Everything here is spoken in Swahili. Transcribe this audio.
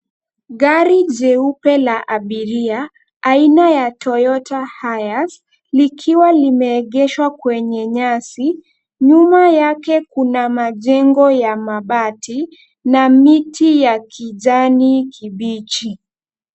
Gari jeupe la abiria aina ya Toyota Hiace likiwa limeegeshwa kwenye nyasi. Nyuma yake kuna majengo ya mabati na miti ya kijani kibichi.